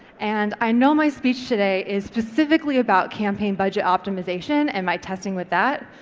and i know my speech today is specifically about campaign budget optimisation and my testing with that,